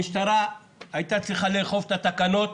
המשטרה הייתה צריכה לאכוף את התקנות,